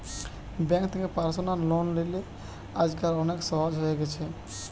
bank থেকে personal loan লিলে আজকাল অনেক সহজ হয়ে গেছে